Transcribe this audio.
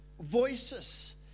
voices